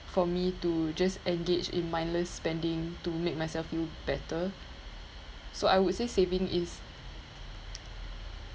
for me to just engage in mindless spending to make myself feel better so I would say saving is